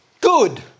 Good